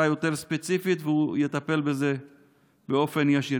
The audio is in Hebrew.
יותר ספציפית והוא יטפל בזה באופן ישיר.